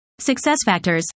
SuccessFactors